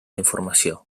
informació